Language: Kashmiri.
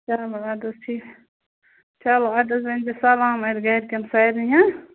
چلو آدٕ حظ ٹھیٖک چلو اَتہِ حظ ؤنۍ زِ سَلام اَتہِ گَرِکٮ۪ن سارنی ہَہ